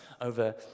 over